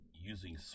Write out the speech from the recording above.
using